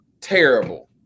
Terrible